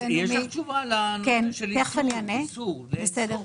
יש לך תשובה לעניין איסור שימוש?